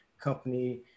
company